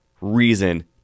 reason